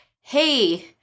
Hey